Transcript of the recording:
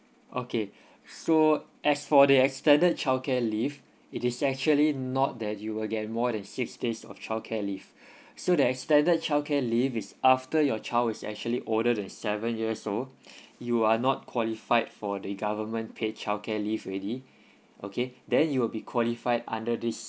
okay so as for the extended childcare leave it is actually not that you will get more than six days of childcare leave so the extended childcare leave is after your child is actually older than seven years old you are not qualified for the government paid childcare leave already okay then you will be qualified under this